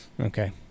Okay